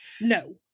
No